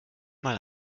mal